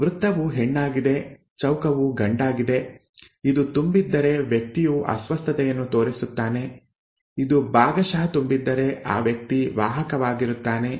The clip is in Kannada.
ವೃತ್ತವು ಹೆಣ್ಣಾಗಿದೆ ಚೌಕವು ಗಂಡಾಗಿದೆ ಇದು ತುಂಬಿದ್ದರೆ ವ್ಯಕ್ತಿಯು ಅಸ್ವಸ್ಥತೆಯನ್ನು ತೋರಿಸುತ್ತಾನೆ ಇದು ಭಾಗಶಃ ತುಂಬಿದ್ದರೆ ಆ ವ್ಯಕ್ತಿ ವಾಹಕವಾಗಿರುತ್ತಾನೆ